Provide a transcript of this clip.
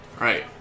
Right